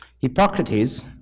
Hippocrates